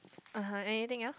(uh huh) anything else